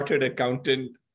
accountant